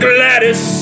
Gladys